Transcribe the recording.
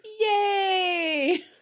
yay